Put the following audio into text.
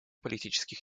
политических